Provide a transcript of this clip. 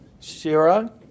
Shira